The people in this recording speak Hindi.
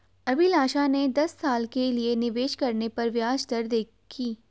अभिलाषा ने दस साल के लिए निवेश करने पर ब्याज दरें देखी